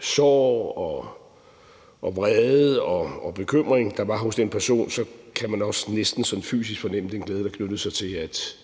sorg og vrede og bekymring, der var hos den person, kan man næsten også fysisk fornemme den glæde, der knytter sig til, at